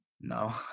No